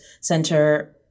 Center